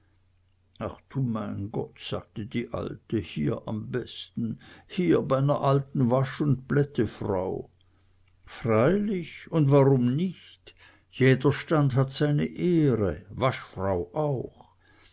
ach du mein gott sagte die alte hier am besten hier bei ner alten wasch und plättefrau freilich und warum nicht jeder stand hat seine ehre waschfrau auch